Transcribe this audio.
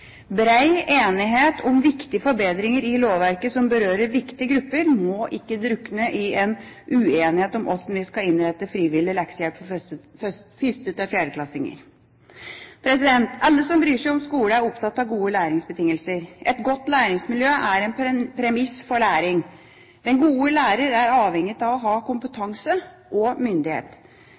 enighet om viktige forbedringer i lovverket som berører viktige grupper, må ikke drukne i en uenighet om hvordan vi skal innrette frivillig leksehjelp for 1.–4.-klassinger. Alle som bryr seg om skole, er opptatt av gode læringsbetingelser. Et godt læringsmiljø er en premiss for læring. Den gode lærer er avhengig av å ha kompetanse – og myndighet.